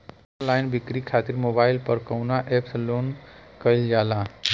Online बिक्री खातिर mobile पर कवना एप्स लोन कईल जाला?